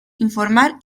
informar